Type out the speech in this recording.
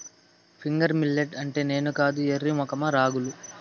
finger millet అంటే నేను కాదు ఎర్రి మొఖమా రాగులు